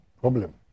problem